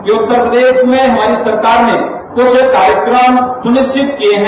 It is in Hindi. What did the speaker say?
जो उत्तर प्रदेश में हमारी सरकार ने कुछ कार्यक्रम सुनिश्चित किये हैं